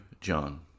John